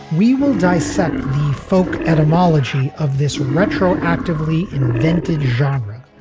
we will dissect the folk etymology of this retroactively invented genre.